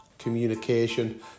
Communication